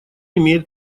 имеет